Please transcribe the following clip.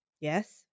Yes